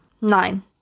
Nine